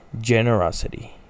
generosity